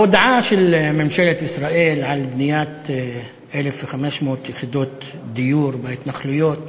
ההודעה של ממשלת ישראל על בניית 1,500 יחידות דיור בהתנחלויות